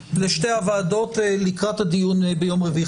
בכתב לשתי הוועדות לקראת הדיון ביום רביעי.